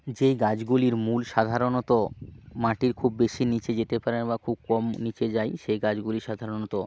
যেই গাছগুলির মূল সাধারণত মাটির খুব বেশি নিচে যেতে পারে না বা খুব কম নিচে যায় সেই গাছগুলি সাধারণত